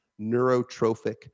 neurotrophic